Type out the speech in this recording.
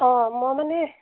অঁ মই মানে